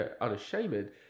unashamed